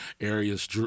areas